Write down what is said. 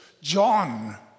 John